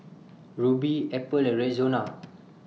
Rubi Apple and Rexona